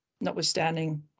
notwithstanding